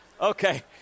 Okay